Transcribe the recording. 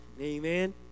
Amen